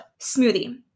smoothie